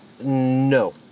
no